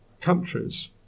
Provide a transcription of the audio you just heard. countries